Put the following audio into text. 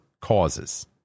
causes